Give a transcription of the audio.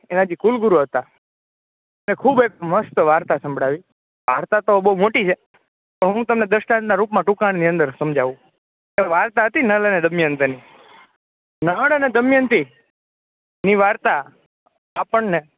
એના જી કુલ ગુરુ હતા એ ખૂબ એક મસ્ત વાર્તા સંભળાવી વાર્તા તો બહુ મોટી છે તો હું તમને દ્રષ્ટાંતના રૂપમાં ટૂંકાણની અંદર સમઝાવું તે વાર્તા હતી નળ અને દમયંતીની નળ અને દમયંતીની વાર્તા આપણને